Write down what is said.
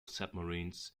submarines